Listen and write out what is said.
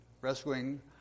rescuing